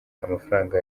amafaranga